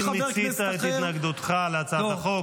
אם מיצית את התנגדותך להצעת החוק.